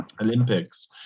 Olympics